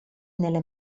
nelle